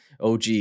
og